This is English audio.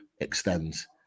extends